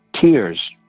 tears